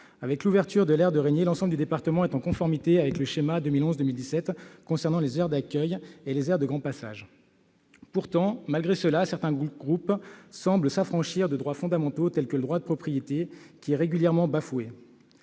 Avec l'ouverture de l'aire de Reignier, l'ensemble du département est en conformité avec le schéma 2011-2017 concernant les aires d'accueil et de grands passages. Malgré cela, certains groupes semblent s'affranchir de droits fondamentaux, tels que le droit de propriété, qui est régulièrement bafoué.